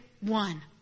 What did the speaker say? one